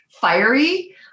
fiery